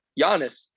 Giannis